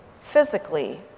physically